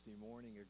morning